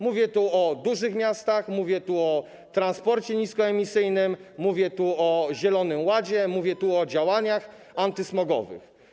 Mówię tu o dużych miastach, mówię tu o transporcie niskoemisyjnym, mówię tu o zielonym ładzie, mówię tu o działaniach antysmogowych.